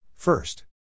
First